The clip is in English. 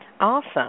Awesome